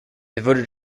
devoted